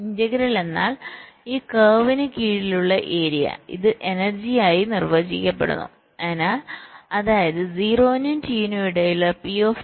integral എന്നാൽ ഈ കർവിന് കീഴിലുള്ള ഏരിയ ഇത് എനർജി ആയി നിർവചിക്കപ്പെടുന്നു അതായത് 0 നും T നും ഇടയിലുള്ള P dt